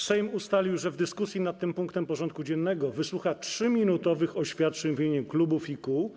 Sejm ustalił, że w dyskusji nad tym punktem porządku dziennego wysłucha 3-minutowych oświadczeń w imieniu klubów i kół.